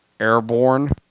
Airborne